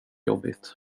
jobbigt